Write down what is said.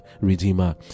redeemer